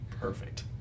perfect